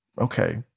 Okay